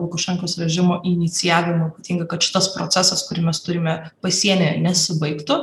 lukašenkos režimo inicijavimą ypatingai kad šitas procesas kurį mes turime pasienyje nesibaigtų